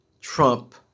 Trump